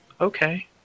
okay